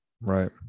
Right